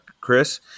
Chris